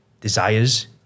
desires